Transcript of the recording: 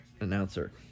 announcer